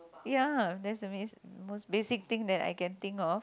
ya that's the basi~ most basic thing that I can think of